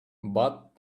but